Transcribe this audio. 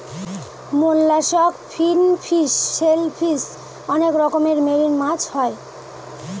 mollusc, finfish, shellfish অনেক রকমের marine মাছ হয়